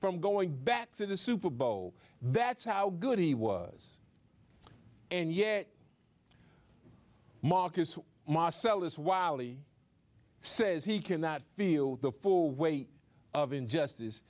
from going back to the super bowl that's how good he was and yet marcus marcellus wiley says he cannot feel the full weight of injustice